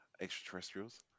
extraterrestrials